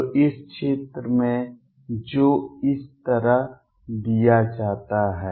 तो इस क्षेत्र में जो इस तरह दिया जाता है